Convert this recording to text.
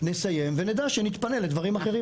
נסיים ונדע שנתפנה לדברים אחרים.